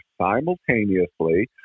simultaneously